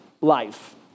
life